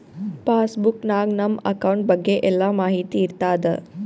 pass book ನಾಗ್ ನಮ್ account ಬಗ್ಗೆ ಎಲ್ಲಾ ಮಾಹಿತಿ ಇರ್ತಾದ